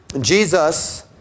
Jesus